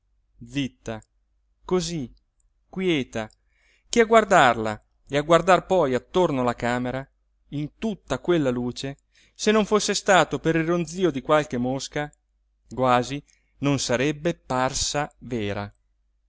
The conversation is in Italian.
zitta così quieta che a guardarla e a guardar poi attorno la camera in tutta quella luce se non fosse stato per il ronzio di qualche mosca quasi non sarebbe parsa vera